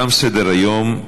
תם סדר-היום.